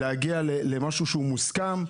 להגיע למשהו מוסכם,